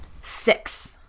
Six